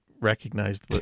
recognized